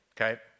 okay